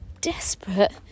desperate